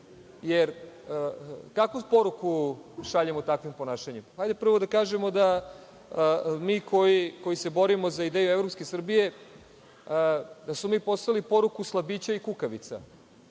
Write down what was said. jer kakvu poruku šaljemo takvim ponašanjem? Hajde, prvo da kažemo da mi koji se borimo za ideju evropske Srbije, da smo mi poslali poruku slabića i kukavica,